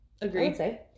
Agreed